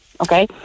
Okay